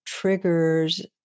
triggers